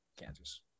Kansas